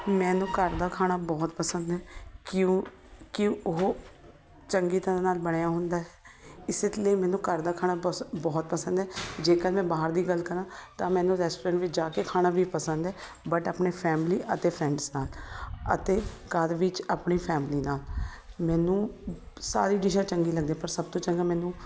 ਮੈਨੂੰ ਘਰ ਦਾ ਖਾਣਾ ਬਹੁਤ ਪਸੰਦ ਹੈ ਕਿਉਂ ਕਿਉਂ ਉਹ ਚੰਗੀ ਤਰ੍ਹਾਂ ਨਾਲ ਬਣਿਆ ਹੁੰਦਾ ਇਸ ਲਈ ਮੈਨੂੰ ਘਰ ਦਾ ਖਾਣਾ ਬਸ ਬਹੁਤ ਪਸੰਦ ਹੈ ਜੇਕਰ ਮੈਂ ਬਾਹਰ ਦੀ ਗੱਲ ਕਰਾਂ ਤਾਂ ਮੈਨੂੰ ਰੈਸਟੋਰੈਂਟ ਵਿੱਚ ਜਾ ਕੇ ਖਾਣਾ ਵੀ ਪਸੰਦ ਹੈ ਬਟ ਆਪਣੇ ਫੈਮਲੀ ਅਤੇ ਫਰੈਂਡਸ ਨਾਲ ਅਤੇ ਘਰ ਵਿੱਚ ਆਪਣੀ ਫੈਮਲੀ ਨਾਲ ਮੈਨੂੰ ਸਾਰੀ ਡਿਸ਼ਾਂ ਚੰਗੀ ਲੱਗਦੀਆਂ ਪਰ ਸਭ ਤੋਂ ਚੰਗਾ ਮੈਨੂੰ